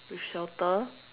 with shelter